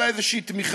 אלא איזו תמיכה.